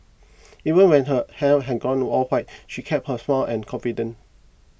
even when her hair had gone all white she kept her smile and confidence